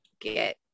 get